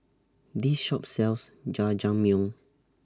This Shop sells Jajangmyeon